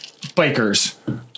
bikers